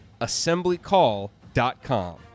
assemblycall.com